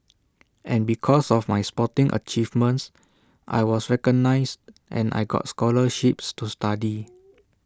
and because of my sporting achievements I was recognised and I got scholarships to study